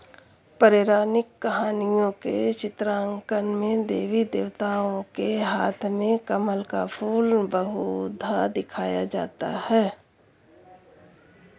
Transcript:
पौराणिक कहानियों के चित्रांकन में देवी देवताओं के हाथ में कमल का फूल बहुधा दिखाया जाता है